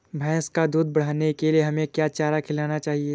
भैंस का दूध बढ़ाने के लिए हमें क्या चारा खिलाना चाहिए?